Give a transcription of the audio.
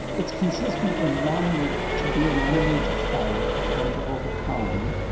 it's consistent with wanting there to be an enemy to fight and to overcome.